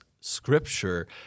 Scripture